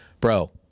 bro